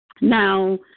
Now